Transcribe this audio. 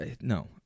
No